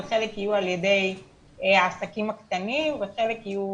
חלק יהיו על ידי הרשות לעסקים קטנים וחלק יהיו